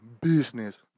business